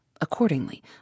Accordingly